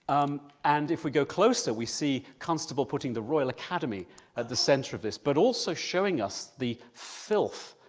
um and if we go closer, we see constable putting the royal academy at the centre of this, but also showing us the filth.